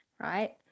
right